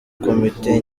komite